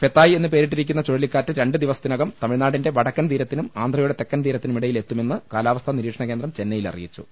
Phethai എന്ന് പേരിട്ടിരിക്കുന്ന ചുഴലിക്കാറ്റ് രണ്ട് ദിവസത്തിനകം തമിഴ്നാടിന്റെ വടക്കൻ തീരത്തിനും ആന്ധ്രയുടെ തെക്കൻ തീരത്തിനും ഇടയിൽ എത്തുമെന്ന് കാലാവസ്ഥാ നിരീക്ഷണ കേന്ദ്രം ചെന്നൈയിൽ അറിയിച്ചു